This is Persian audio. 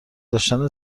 داشتن